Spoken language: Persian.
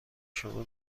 شما